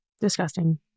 Disgusting